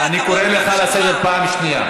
אני קורא אותך לסדר פעם שנייה.